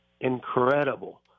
incredible